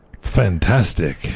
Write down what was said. Fantastic